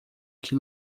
que